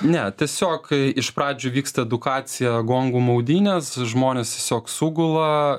ne tiesiog kai iš pradžių vyksta edukacija gongų maudynės žmonės tiesiog sugula